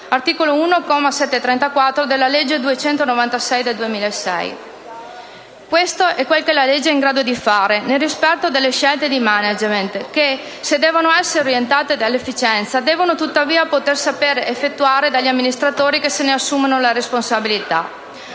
(articolo 1, comma 734, della legge n. 296 del 2006). Questo è quanto la legge è in grado di fare nel rispetto delle scelte di *management* che, se devono essere orientate dall'efficienza, devono tuttavia poter essere effettuate dagli amministratori che se ne assumono la responsabilità.